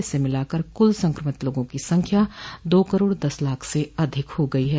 इसे मिलाकर कूल संक्रमित लोगों की संख्या दो करोड़ दस लाख से अधिक हो गई है